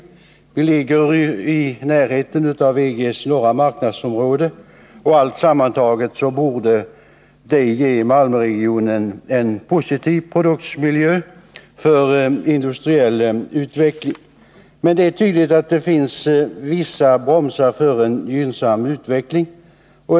Regionen ligger i närheten av EG:s norra marknadsområde, och med allt sammantaget borde Malmöregionen vara en positiv miljö för industriell utveckling. Men det är tydligt att det finns vissa bromsar för en gynnsam utveckling.